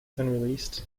unreleased